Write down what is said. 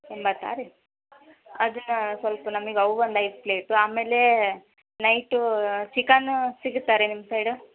ಎಂಬತ್ತಾ ರೀ ಅದನ್ನು ಸ್ವಲ್ಪ ನಮಗೆ ಅವು ಒಂದು ಐದು ಪ್ಲೇಟು ಆಮೇಲೆ ನೈಟೂ ಚಿಕನ್ನೂ ಸಿಗುತ್ತಾ ರೀ ನಿಮ್ಮ ಸೈಡು